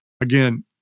Again